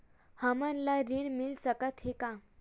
हमन ला ऋण मिल सकत हे का?